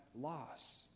loss